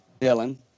Dylan